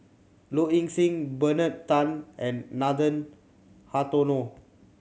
Low Ing Sing Bernard Tan and Nathan Hartono